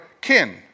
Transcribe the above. kin